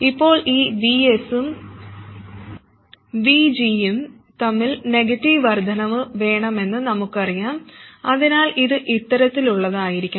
ഇപ്പോൾ ഈ Vs ഉം VG ഉം തമ്മിൽ നെഗറ്റീവ് വർദ്ധനവ് വേണമെന്ന് നമുക്കറിയാം അതിനാൽ ഇത് ഇത്തരത്തിലുള്ളതായിരിക്കണം